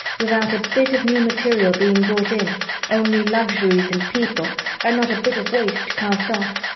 without a bit of new material being brought in only luxuries and people and not a bit of waste cast off.